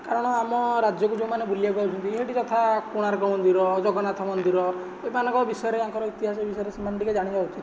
କାରଣ ଆମ ରାଜ୍ୟକୁ ଯେଉଁମାନେ ବୁଲିବାକୁ ଆସୁଛନ୍ତି ହେଇଟି ଯଥା କୋଣାର୍କ ମନ୍ଦିର ଜଗନ୍ନାଥ ମନ୍ଦିର ଏମାନଙ୍କ ବିଷୟରେ ଏହାଙ୍କର ଇତିହାସ ବିଷୟରେ ସେମାନେ ଟିକିଏ ଜାଣିବା ଉଚିତ